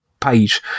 page